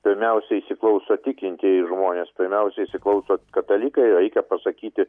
pirmiausia įsiklauso tikintieji žmonės pirmiausia įsiklauso katalikai reikia pasakyti